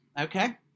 Okay